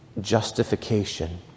justification